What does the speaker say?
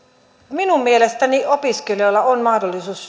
minun mielestäni opiskelijoilla pitää olla mahdollisuus